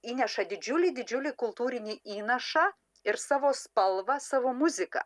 įneša didžiulį didžiulį kultūrinį įnašą ir savo spalvą savo muziką